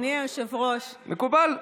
אדוני היושב-ראש, קריאות ביניים זה מקובל בפרלמנט.